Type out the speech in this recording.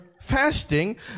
fasting